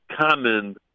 common